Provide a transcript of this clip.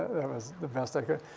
was the best i could.